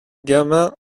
gamin